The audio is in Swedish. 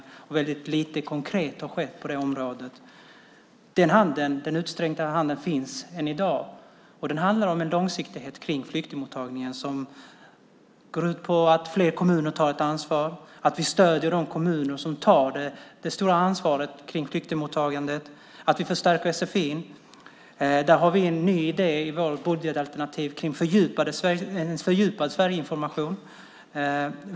Konkret har väldigt lite skett på det här området. Den utsträckta handen finns där ännu i dag. Det handlar då om en långsiktighet kring flyktingmottagningen som går ut på att fler kommuner tar ett ansvar, att vi stöder de kommuner som tar ett stort ansvar för flyktingmottagandet och att vi förstärker sfi:n. I vårt budgetalternativ har vi en ny idé om en fördjupad Sverigeinformation.